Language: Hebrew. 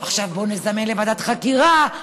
עכשיו בוא נזמן לוועדת חקירה,